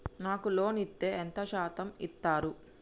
నాకు లోన్ ఇత్తే ఎంత శాతం ఇత్తరు?